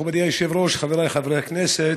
מכובדי היושב-ראש, חבריי חברי הכנסת,